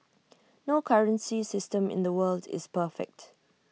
no currency system in the world is perfect